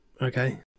okay